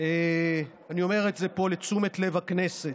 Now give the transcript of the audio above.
דקה אחרונה.